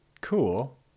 cool